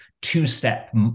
two-step